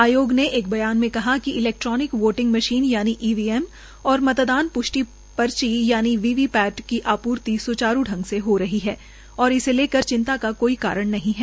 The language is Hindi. आयोग ने एक बयान में कहा कि इलोक्ट्रोनिक वोटिंग मशीन यानि ईवीएम और मतदान प्ष्ठि पर्ची यानि वी वी पैट की आपूर्ति स्चारू ढंग से हो रही है और इसे लेकर चिंता का कोई कारण नहीं है